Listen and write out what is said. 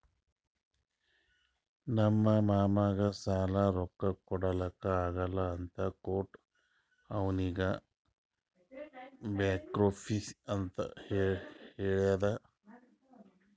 ನಮ್ ಮಾಮಾಗ್ ಸಾಲಾದ್ ರೊಕ್ಕಾ ಕೊಡ್ಲಾಕ್ ಆಗಲ್ಲ ಅಂತ ಕೋರ್ಟ್ ಅವ್ನಿಗ್ ಬ್ಯಾಂಕ್ರಪ್ಸಿ ಅಂತ್ ಹೇಳ್ಯಾದ್